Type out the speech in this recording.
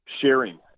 sharing